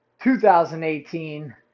2018